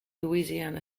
louisiana